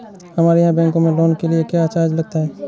हमारे यहाँ बैंकों में लोन के लिए क्या चार्ज लगता है?